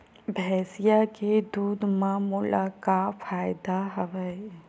भैंसिया के दूध म मोला का फ़ायदा हवय?